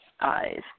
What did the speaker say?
eyes